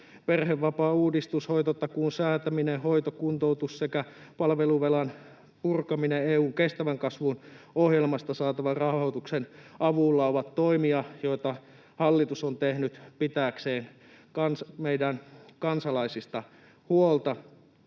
perhevapaauudistus, hoitotakuun säätäminen, hoito-, kuntoutus- sekä palveluvelan purkaminen EU:n kestävän kasvun ohjelmasta saatavan rahoituksen avulla ovat toimia, joita hallitus on tehnyt pitääkseen meidän kansalaisista huolta.